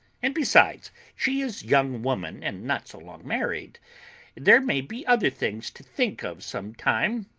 and, besides, she is young woman and not so long married there may be other things to think of some time,